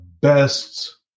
best